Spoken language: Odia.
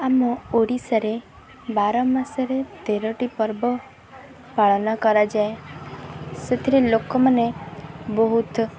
ଆମ ଓଡ଼ିଶାରେ ବାର ମାସରେ ତେରଟି ପର୍ବ ପାଳନ କରାଯାଏ ସେଥିରେ ଲୋକମାନେ ବହୁତ